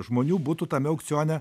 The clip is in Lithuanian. žmonių būtų tame aukcione